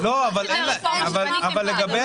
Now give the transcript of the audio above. אבל היא